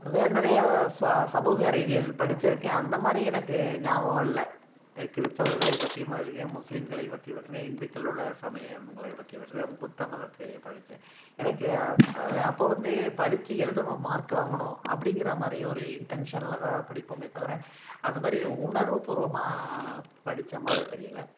அதாவது நிறைய ஸ்வா சமூக அறிவியல் படிச்சிருக்கேன் அந்த மாதிரி எனக்கு ஞாபகம் இல்லை கிறித்தவர்களை பற்றியும் பார்த்துருக்கேன் முஸ்லீம்களை பற்றி படிச்சிருக்கேன் இந்துக்களோட சமயங்களை பற்றி படிச்சிருக்கேன் அப்புறம் புத்த மதத்தை படிச்சேன் எனக்கு அதாவது அப்போ வந்து படிச்சு எழுதணும் மார்க் வாங்கணும் அப்படிங்கிற மாதிரி ஒரு இன்டென்ஷன்ல தான் படிப்போமே தவிர அது மாதிரி உணர்வுபூர்வமாக படிச்ச மாதிரி தெரியலை